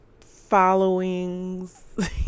followings